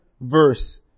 verse